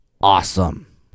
awesome